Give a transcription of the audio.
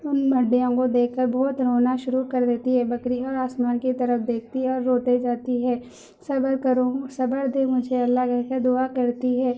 ان ہڈّیوں کو دیکھ کر بہت رونا شروع کر دیتی ہے بکری آسمان کی طرف دیکھتی ہے اور روتے جاتی ہے صبر کرو صبر دے مجھے اللّہ کہہ کر دعا کرتی ہے